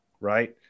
Right